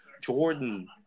Jordan